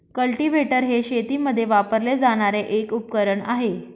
cultivator हे शेतीमध्ये वापरले जाणारे एक उपकरण आहे